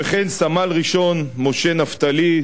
וכן סמל ראשון משה נפתלי,